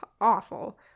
awful